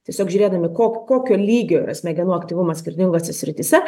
tiesiog žiūrėdami ko kokio lygio yra smegenų aktyvumas skirtingose srityse